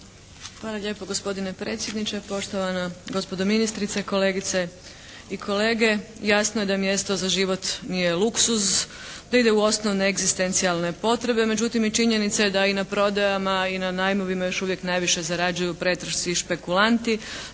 Hvala lijepo gospodine predsjedniče, poštovana gospodo ministrice, kolegice i kolege. Jasno je da mjesto za život nije luksuz, da ide u osnovne egzistencijalne potrebe. Međutim i činjenica je da i na prodajama i na najmovima još uvijek najviše zarađuju …/Govornik se ne